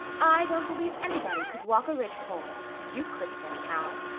i don't believe anybody could walk a ridgepole. you couldn't, anyhow.